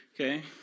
okay